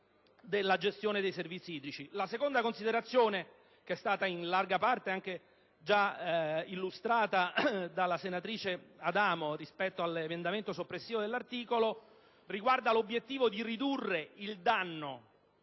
La seconda considerazione, in larga parte già illustrata dalla senatrice Adamo rispetto all'emendamento soppressivo dell'articolo, riguarda l'obiettivo di ridurre il danno